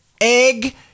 egg